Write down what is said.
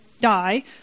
die